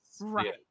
Right